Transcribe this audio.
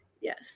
Yes